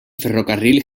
ferrocarril